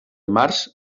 març